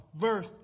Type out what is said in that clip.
verse